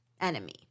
enemy